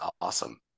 awesome